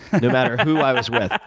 no matter who i was with.